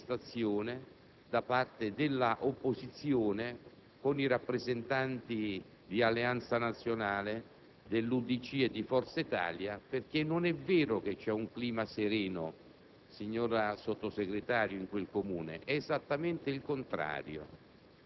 Quindi, si è trattato di una manifestazione civilissima, di contestazione, da parte dell'opposizione, con i rappresentanti di Alleanza nazionale, dell'UDC e di Forza Italia. Non è vero che in quel Comune c'è un clima sereno,